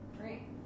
Great